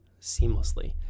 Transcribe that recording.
seamlessly